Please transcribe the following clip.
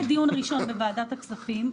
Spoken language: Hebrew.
אני נמצאת לא בדיון ראשון בוועדת הכספים,